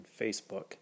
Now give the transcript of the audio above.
Facebook